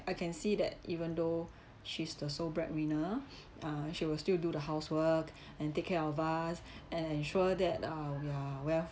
I can see that even though she's the sole breadwinner uh she will still do the housework and take care of us and ensure that uh we are well